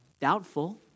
Doubtful